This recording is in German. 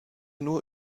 nur